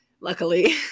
Luckily